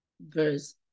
verse